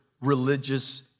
religious